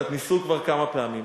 ניסו כבר כמה פעמים.